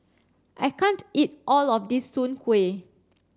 I can't eat all of this Soon Kuih